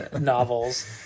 Novels